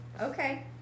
Okay